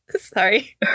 Sorry